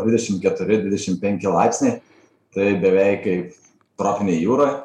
dvidešim keturi dvidešim penki laipsniai tai beveik kaip tropinė jūra